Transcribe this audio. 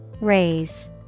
Raise